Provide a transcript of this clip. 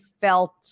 felt